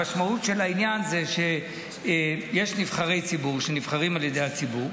המשמעות של העניין היא שיש נבחרי ציבור שנבחרים על ידי הציבור,